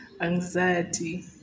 anxiety